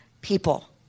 people